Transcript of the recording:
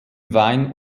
wein